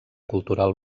cultural